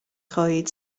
خواهید